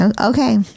Okay